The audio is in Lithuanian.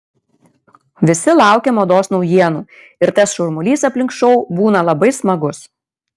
visi laukia mados naujienų ir tas šurmulys aplink šou būna labai smagus